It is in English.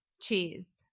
Cheese